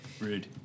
Rude